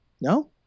No